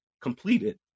completed